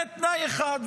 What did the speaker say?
זה תנאי אחד,